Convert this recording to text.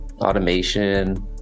Automation